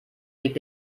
regt